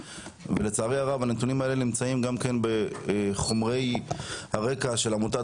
לצערי הרב הנתונים האלה נמצאים גם בחומרי הרקע של עמותת